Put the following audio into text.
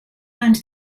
and